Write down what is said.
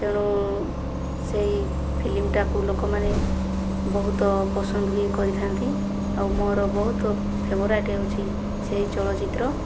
ତେଣୁ ସେହି ଫିଲିମ୍ଟାକୁ ଲୋକମାନେ ବହୁତ ପସନ୍ଦ ବି କରିଥାନ୍ତି ଆଉ ମୋର ବହୁତ ଫେଭରାଇଟ୍ ହେଉଛି ସେ ଚଳଚିତ୍ର